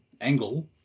angle